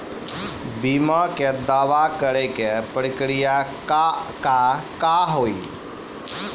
बीमा के दावा करे के प्रक्रिया का हाव हई?